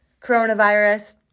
coronavirus